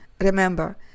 Remember